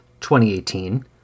2018